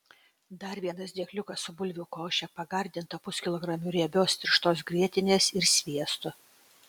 dar vienas dėkliukas su bulvių koše pagardinta puskilogramiu riebios tirštos grietinės ir sviestu